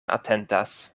atentas